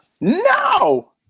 no